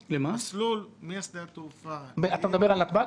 מסלול משדה התעופה --- אתה מדבר על נתב"ג?